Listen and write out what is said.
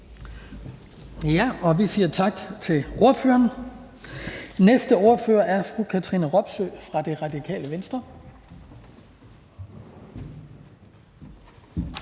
Vi siger tak til ordføreren. Næste ordfører er fru Katrine Robsøe fra Radikale Venstre.